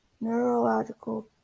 neurological